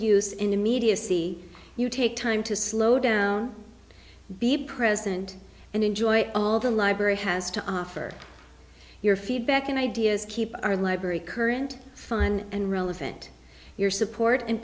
use in immediacy you take time to slow down be present and enjoy all the library has to offer your feedback and ideas keep our library current fun and relevant your support and